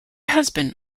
husband